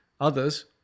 Others